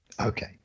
Okay